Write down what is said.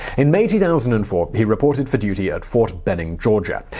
in may, two thousand and four, he reported for duty at fort benning, georgia.